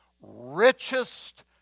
richest